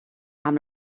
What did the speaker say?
amb